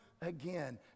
again